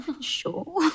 sure